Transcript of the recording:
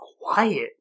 quiet